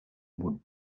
would